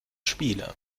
spiele